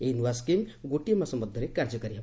ଏହି ନୂଆ ସ୍କିମ୍ ଗୋଟିଏ ମାସ ମଧ୍ୟରେ କାର୍ଯ୍ୟକାରୀ ହେବ